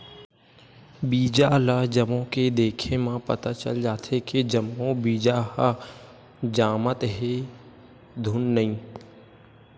बीजा ल जमो के देखे म पता चल जाथे के जम्मो बीजा ह जामत हे धुन नइ